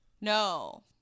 No